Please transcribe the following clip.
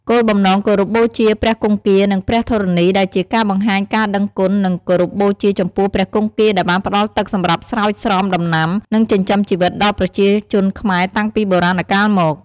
គោលបំណងគោរពបូជាព្រះគង្គា និងព្រះធរណីដែលជាការបង្ហាញការដឹងគុណ និងគោរពបូជាចំពោះព្រះគង្គាដែលបានផ្ដល់ទឹកសម្រាប់ស្រោចស្រពដំណាំ និងចិញ្ចឹមជីវិតដល់ប្រជាជនខ្មែរតាំងពីបុរាណកាលមក។